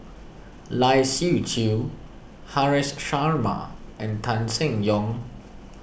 Lai Siu Chiu Haresh Sharma and Tan Seng Yong